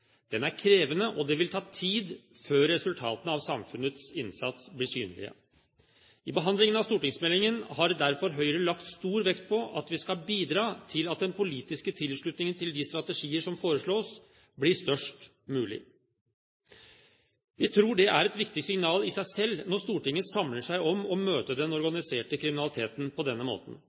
Den er krevende, og det vil ta tid før resultatene av samfunnets innsats blir synlige. I behandlingen av stortingsmeldingen har derfor Høyre lagt stor vekt på at vi skal bidra til at den politiske tilslutningen til de strategier som foreslås, blir størst mulig. Vi tror det er et viktig signal i seg selv når Stortinget samler seg om å møte den organiserte kriminaliteten på denne måten.